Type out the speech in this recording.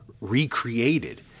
recreated